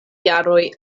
jaroj